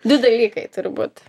du dalykai turbūt